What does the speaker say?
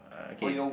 uh okay